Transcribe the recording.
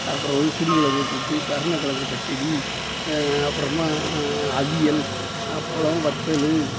அப்புறம் வந்து சிறுக்கிலங்கு கூட்டு கருணக்கிலங்கு பச்சடி அப்புறமா அவியல் அப்பளம் வத்தலு